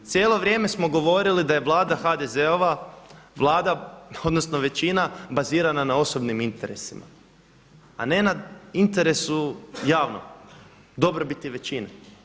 Cijelo vrijeme smo govorili da je Vlada HDZ-ova odnosno većina bazirana na osobnim interesima, a ne na interesu javnom dobrobiti većine.